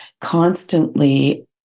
constantly